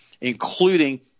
including